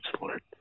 Lord